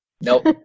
Nope